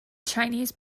chinese